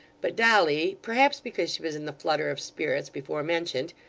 but dolly, perhaps because she was in the flutter of spirits before mentioned,